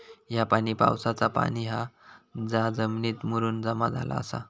ह्या पाणी पावसाचा पाणी हा जा जमिनीत मुरून जमा झाला आसा